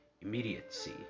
immediacy